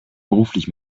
beruflich